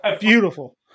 beautiful